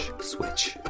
switch